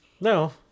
No